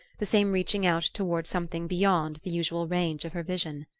the same reaching out toward something beyond the usual range of her vision.